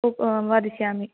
उप् वदिष्यामि